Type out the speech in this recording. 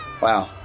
Wow